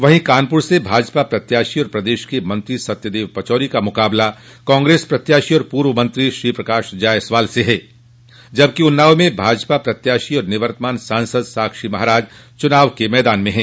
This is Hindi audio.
वहीं कानपुर से भाजपा प्रत्याशी और प्रदेश के वरिष्ठ मंत्री सत्यदेव पचौरी का मुकाबला कांग्रेस प्रत्याशी एवं पूर्व मंत्री श्री प्रकाश जायसवाल से हैं जबकि उन्नाव में भाजपा प्रत्याशी और निवर्तमान सांसद साक्षी महाराज चुनाव मैदान में हैं